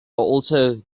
also